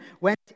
went